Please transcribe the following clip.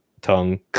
tongue